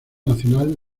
nacional